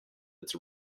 its